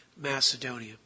Macedonia